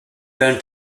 been